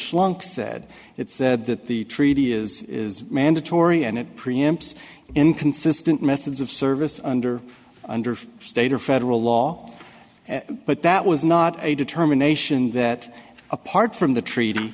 slunk said it said that the treaty is mandatory and it preempts inconsistent methods of service under under state or federal law but that was not a determination that apart from the treaty